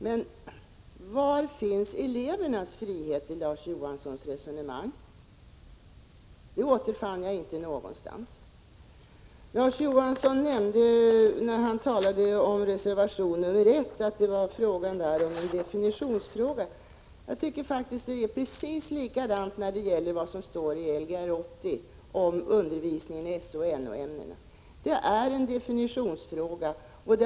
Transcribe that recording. Men var finns elevernas frihet i Larz Johanssons resonemang? Jag återfinner den inte någonstans. När Larz Johansson talade om reservation 1 nämnde han att det gällde en definitionsfråga. Jag tycker faktiskt att precis samma sak gäller om undervis ningen i SO och NO-ämnena i Lgr 80. Det är en definitionsfråga.